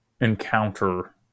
encounter